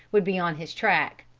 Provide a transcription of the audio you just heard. would be on his track.